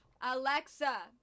Alexa